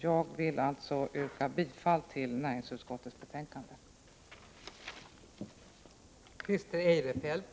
Jag yrkar bifall till näringsutskottets hemställan.